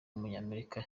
w’umunyamerika